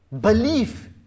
Belief